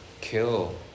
kill